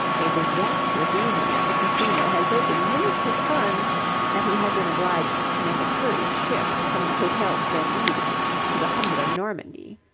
a disastrous evening at the casino had so diminished his funds that he had been obliged to make a hurried shift from the hotel splendide to the humbler normandie.